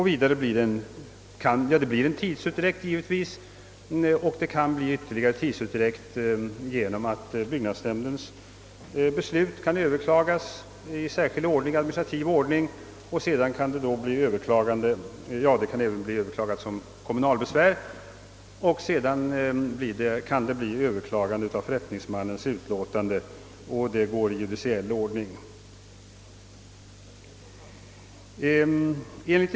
Det blir givetvis en tidsutdräkt där, och det kan bli ytterligare tidsutdräkt genom att byggnadsnämndens beslut kan överklagas i särskild administrativ ordning. Likaså kan det överklagas i form av kommunalbesvär, och därefter också ske överklagande av förrättningsmannens utlåtande i judiciell ordning.